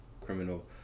criminal